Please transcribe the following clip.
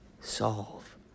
solve